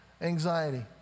anxiety